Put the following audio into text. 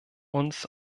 uns